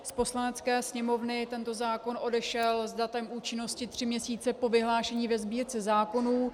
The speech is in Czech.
Z Poslanecké sněmovny tento zákon odešel s datem účinnosti tři měsíce po vyhlášení ve Sbírce zákonů.